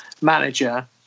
manager